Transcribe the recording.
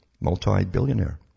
Multi-billionaire